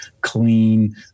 clean